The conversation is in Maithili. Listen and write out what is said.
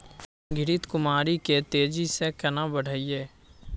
घृत कुमारी के तेजी से केना बढईये?